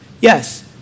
Yes